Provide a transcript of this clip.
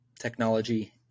technology